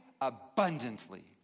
abundantly